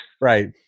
Right